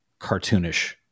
cartoonish